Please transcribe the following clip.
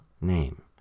name